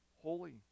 holy